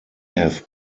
have